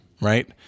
right